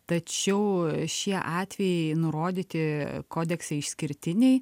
tačiau šie atvejai nurodyti kodekse išskirtiniai